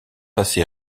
assez